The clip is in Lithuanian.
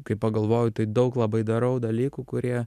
kai pagalvoju tai daug labai darau dalykų kurie